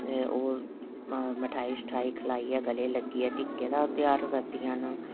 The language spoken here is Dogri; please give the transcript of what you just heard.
ओह् मिठाई सिठाई खलाइयै गले लग्गियै टिक्के दा ध्यार करदी ना